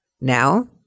Now